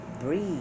breathe